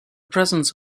presence